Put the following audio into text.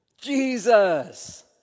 Jesus